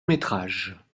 métrage